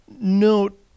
Note